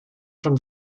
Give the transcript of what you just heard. from